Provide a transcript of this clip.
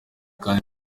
kandi